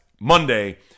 Monday